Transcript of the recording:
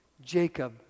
Jacob